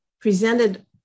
presented